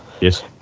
Yes